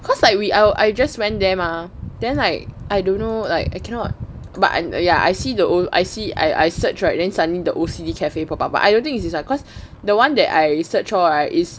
cause like we oh I just went there mah then like I don't know like I cannot but ya I see the old I see I I search right then suddenly the O_C_D cafe pop up but I don't think is this one cause the one that I search for is